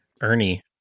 ernie